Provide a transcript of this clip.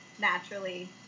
naturally